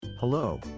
Hello